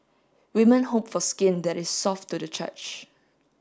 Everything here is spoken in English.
women hope for skin that is soft to the church